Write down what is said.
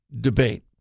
debate